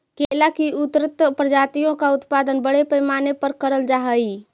केला की उन्नत प्रजातियों का उत्पादन बड़े पैमाने पर करल जा हई